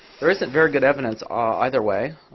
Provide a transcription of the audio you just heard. there isn't very good evidence ah either way.